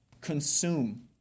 consume